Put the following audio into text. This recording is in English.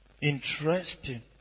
Interesting